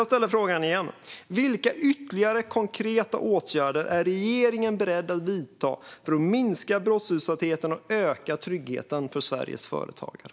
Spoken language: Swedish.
Jag ställer frågan igen: Vilka ytterligare konkreta åtgärder är regeringen beredd att vidta för att minska brottsutsattheten och öka tryggheten för Sveriges företagare?